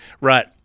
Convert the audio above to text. Right